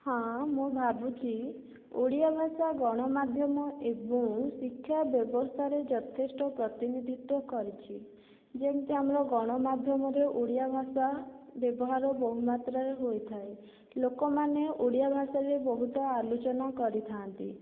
ହଁ ମୁଁ ଭାବୁଛି ଓଡ଼ିଆ ଭାଷା ଗଣମାଧ୍ୟମ ଏବଂ ଶିକ୍ଷା ବ୍ୟବସ୍ଥାରେ ଯଥେଷ୍ଟ ପ୍ରତିନିଧିତ୍ଵ କରିଛି ଯେମିତି ଆମର ଗଣମାଧ୍ୟମରେ ଓଡ଼ିଆଭାଷା ବ୍ୟବହାର ବହୁମାତ୍ରାରେ ହୋଇଥାଏ ଲୋକମାନେ ଓଡ଼ିଆଭାଷାରେ ବହୁତ ଆଲୋଚନା କରିଥାନ୍ତି